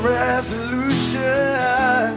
resolution